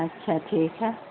اچھا ٹھیک ہے